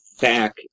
back